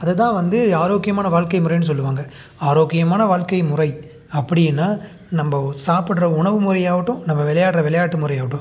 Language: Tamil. அதை தான் வந்து ஆரோக்கியமான வாழ்க்கை முறைன்னு சொல்லுவாங்க ஆரோக்கியமான வாழ்க்கை முறை அப்படின்னா நம்ம சாப்புடுற உணவு முறையாகட்டும் நம்ம விளையாட்ற விளையாட்டு முறையாகட்டும்